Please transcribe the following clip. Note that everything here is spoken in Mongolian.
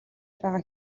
байгааг